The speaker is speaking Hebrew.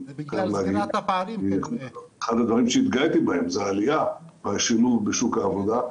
כי אחד הדברים שהתגאיתי בהם זו העלייה בשילוב בשוק העבודה,